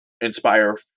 inspire